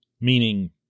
meaning